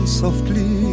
softly